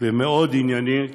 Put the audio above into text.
ומאוד עניינית